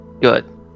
good